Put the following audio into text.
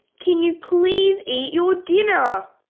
can you please eat your dinner!